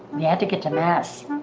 you had to get to mass.